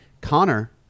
Connor